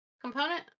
component